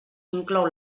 inclou